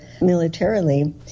militarily